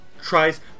tries